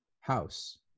house